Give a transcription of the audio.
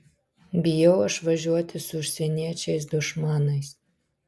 bijau aš važiuoti su užsieniečiais dušmanais